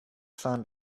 sun